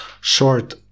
short